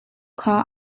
kha